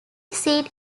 seat